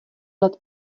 let